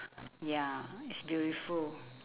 ya it's beautiful